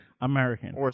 American